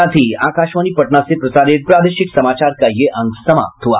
इसके साथ ही आकाशवाणी पटना से प्रसारित प्रादेशिक समाचार का ये अंक समाप्त हुआ